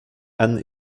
anne